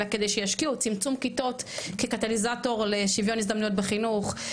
אלא כדי שישקיעו צמצום כיתות כקטליזטור לשוויון הזדמנויות בחינוך,